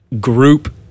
group